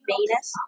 Venus